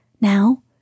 Now